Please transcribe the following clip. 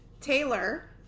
Taylor